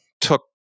took